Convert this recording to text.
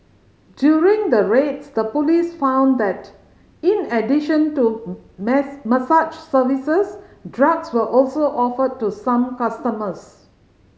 during the raids the police found that in addition to mess massage services drugs were also offered to some customers